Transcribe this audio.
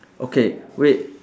okay wait